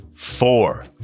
Four